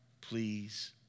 please